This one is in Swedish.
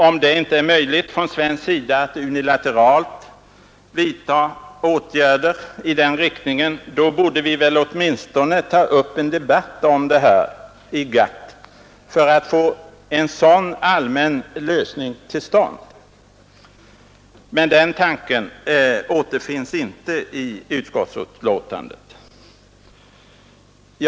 Om det inte är möjligt från svensk sida att unilateralt vidta åtgärder i den riktningen borde vi åtminstone ta upp en debatt om detta i GATT för att få en sådan allmän lösning till stånd. Men den tanken återfinns inte i utskottets betänkande.